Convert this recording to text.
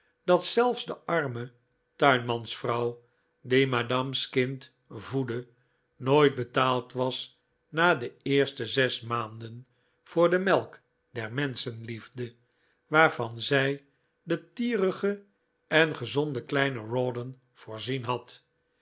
dat zelfs de arme tuinmansvrouw die madame's kind voedde nooit betaald was na de eerste zes maanden voor de melk der menschenliefde waarvan zij den tierigen en gezonden kleinen rawdon voorzien had